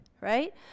right